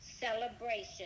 Celebration